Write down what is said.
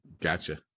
Gotcha